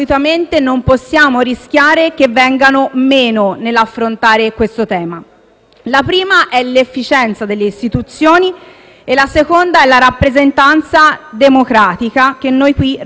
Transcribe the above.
il primo è l'efficienza delle istituzioni e il secondo è la rappresentanza democratica, che noi qui esercitiamo. Le istituzioni devono essere efficienti,